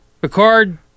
Picard